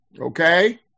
Okay